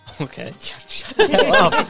okay